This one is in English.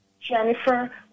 Jennifer